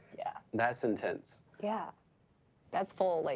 yeah. that's intense. yeah that's full, like,